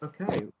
Okay